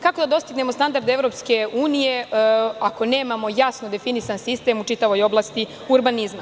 Kako da dostignemo standard Evropske unije, ako nemamo jasno definisan sistem u čitavoj oblasti urbanizma.